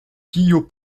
guyot